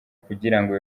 kugirango